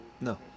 No